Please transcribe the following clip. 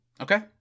Okay